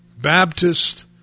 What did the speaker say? Baptist